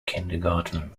kindergarten